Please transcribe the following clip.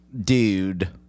Dude